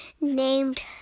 named